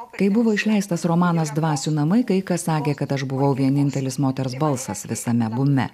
kai buvo išleistas romanas dvasių namai kai kas sakė kad aš buvau vienintelis moters balsas visame bume